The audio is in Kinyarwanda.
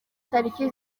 taliki